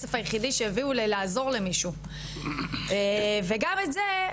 הכסף היחידי שהביאו לעזור למישהו וגם את זה,